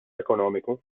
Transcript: ekonomiku